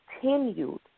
continued